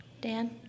Dan